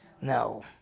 No